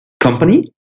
company